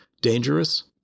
dangerous